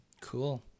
Cool